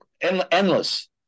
endless